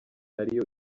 ariyo